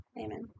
Amen